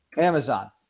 Amazon